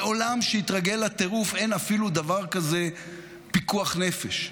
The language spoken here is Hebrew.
בעולם שהתרגל לטירוף אין אפילו דבר כזה פיקוח נפש.